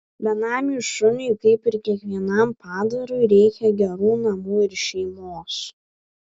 benamiui šuniui kaip ir kiekvienam padarui reikia gerų namų ir šeimos